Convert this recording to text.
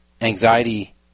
anxiety